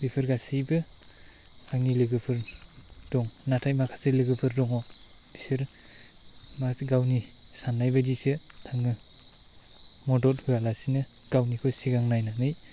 बेफोर गासैबो आंनि लोगोफोर दं नाथाय माखासे लोगोफोर दङ बिसोर माखासे गावनि सान्नाय बायदिसो थाङो मदद होयालासिनो गावनिखौ सिगां नायनानै